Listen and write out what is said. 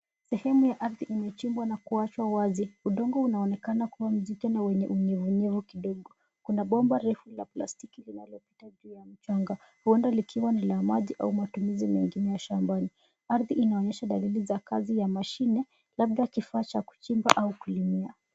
Sehemu ya ardhi iliyochimbwa na kuachwa wazi. Udongo unaonekana kuwa mzito na wenye unyevunyevu kidogo. Kuna bomba refu la plastiki linalopita juu ya mchanga. Bomba likiwa ni la maji au matumizi mengine shambani. Ardhi inaonyesha dalili za kazi ya mashine labda kifaa cha kuchimba au kulimia.